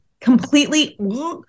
completely